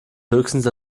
höchstens